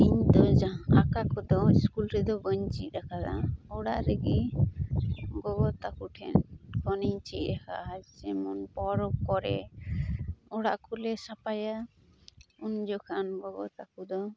ᱤᱧ ᱫᱚ ᱟᱸᱠᱟ ᱠᱚᱫᱚ ᱤᱥᱠᱩᱞ ᱨᱮᱫᱚ ᱵᱟᱹᱧ ᱪᱤᱫ ᱟᱠᱟᱫᱟ ᱚᱲᱟᱜ ᱨᱤᱜᱤ ᱜᱚᱜᱚ ᱛᱟᱠᱚ ᱴᱷᱮᱱ ᱠᱷᱚᱱᱤᱧ ᱪᱤᱜ ᱟᱠᱟᱜᱼᱟ ᱡᱮᱢᱚᱱ ᱯᱚᱨᱚᱵᱽ ᱠᱚᱨᱮ ᱚᱲᱟᱜ ᱠᱚᱞᱮ ᱥᱟᱯᱟᱭᱟ ᱩᱱ ᱡᱚᱠᱷᱚᱱ ᱜᱚᱜᱚ ᱛᱟᱠᱚ ᱫᱚ